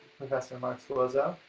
professor mark suozzo.